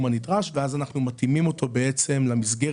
הנדרש ואז אנחנו מתאימים אותו למסגרת